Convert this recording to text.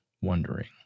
wondering